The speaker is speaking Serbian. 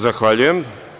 Zahvaljujem.